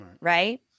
Right